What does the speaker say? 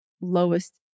lowest